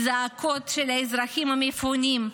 והזעקות של האזרחים המפונים.